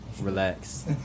Relax